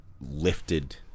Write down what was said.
lifted